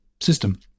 system